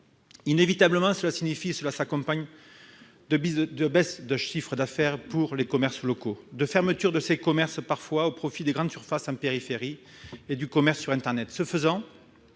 inévitablement, cela s'accompagne d'une baisse du chiffre d'affaires pour les commerces locaux, parfois de la fermeture de ces commerces au profit des grandes surfaces en périphérie et du commerce sur internet.